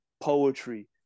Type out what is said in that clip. poetry